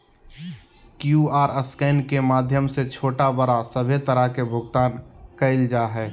QR scan के माध्यम से छोटा बड़ा सभे तरह के भुगतान कइल जा हइ